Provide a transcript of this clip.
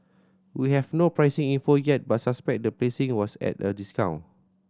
we have no pricing info yet but suspect the placing was at a discount